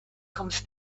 comes